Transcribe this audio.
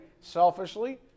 selfishly